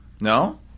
no